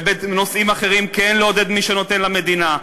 ובנושאים אחרים כן לעודד מי שנותן למדינה.